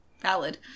Valid